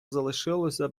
залишилося